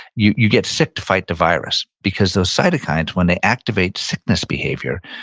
you you get sick to fight the virus, because those cytokines, when they activate sickness behavior,